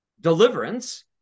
deliverance